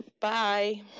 bye